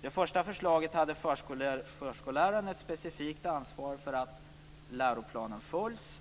I det första förslaget hade förskollärarna specifikt ansvar för att läroplanen följdes.